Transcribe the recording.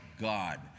God